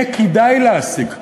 יהיה כדאי להעסיק.